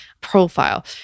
profile